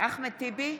אחמד טיבי,